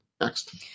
Next